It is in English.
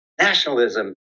nationalism